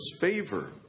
favor